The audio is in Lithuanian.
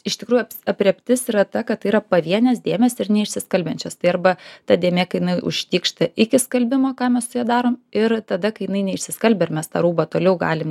iš tikrųjų aprėptis yra ta kad tai yra pavienės dėmės ir neišsiskalbiančios tai arba ta dėmė kai jinai užtykšta iki skalbimo ką mes su ja darom ir tada kai jinai neišsiskalbia ir mes tą rūbą toliau galim